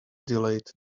delayed